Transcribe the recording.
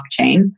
blockchain